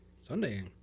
Sunday